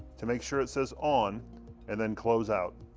to make sure it says on and then close out.